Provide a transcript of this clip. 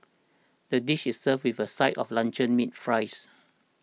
the dish is served with a side of luncheon meat fries